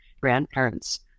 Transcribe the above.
grandparents